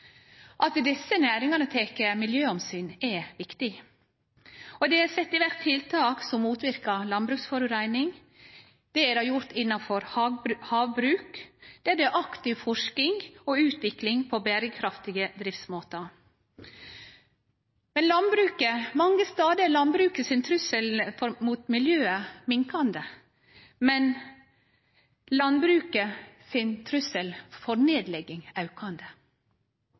At desse næringane tek miljøomsyn er viktig, og det er sett i verk tiltak som motverkar landbruksforureining. Det er det gjort innanfor havbruk, der det er aktiv forsking og utvikling på berekraftige driftsmåtar. Mange stader er trusselen frå landbruket mot miljøet minkande, men trusselen i landbruket når det gjeld nedlegging, er aukande.